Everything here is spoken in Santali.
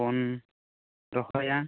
ᱵᱚᱱ ᱨᱚᱦᱚᱭᱟ